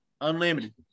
unlimited